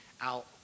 out